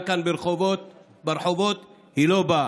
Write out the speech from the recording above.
חבר הכנסת בן גביר, תודה רבה.